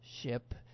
ship